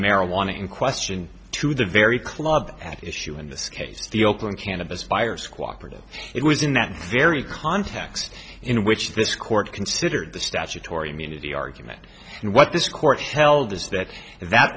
marijuana in question to the very club at issue in this case the oakland cannabis buyers cooperated it was in that very context in which this court considered the statutory immunity argument and what this court upheld is that that